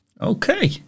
Okay